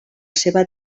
seva